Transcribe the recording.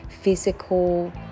physical